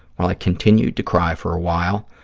while i continued to cry for a while,